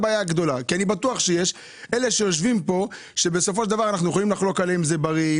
אנחנו יכולים לחלוק על האנשים שיושבים פה על אם זה בריא,